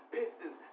Pistons